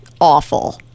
awful